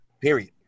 Period